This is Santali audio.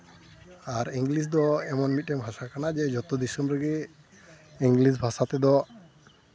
ᱟᱨ ᱤᱝᱞᱤᱥ ᱫᱚ ᱮᱢᱚᱱ ᱢᱤᱫᱴᱮᱱ ᱵᱷᱟᱥᱟ ᱠᱟᱱᱟ ᱡᱮ ᱡᱚᱛᱚ ᱫᱤᱥᱚᱢ ᱨᱮᱜᱮ ᱤᱝᱞᱤᱥ ᱵᱷᱟᱥᱟ ᱛᱮᱫᱚ